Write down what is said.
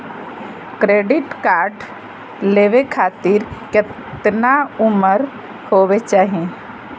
Credit card लेवे खातीर कतना उम्र होवे चाही?